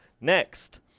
Next